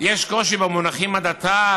יש קושי במונחים "הדתה",